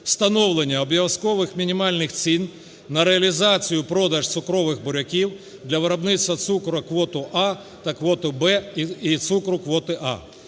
встановлення обов'язкових мінімальних цін на реалізацію (продаж) цукрових буряків для виробництва цукру квоти "А" та квоти "В" і цукру квоти "А".